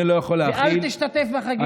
ואל תשתתף בחגיגה הזאת.